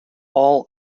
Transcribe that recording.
all